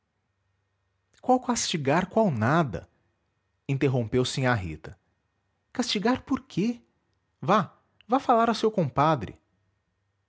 qual castigar qual nada interrompeu sinhá rita castigar por quê vá vá falar a seu compadre